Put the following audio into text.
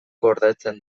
gordetzen